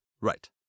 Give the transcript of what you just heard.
right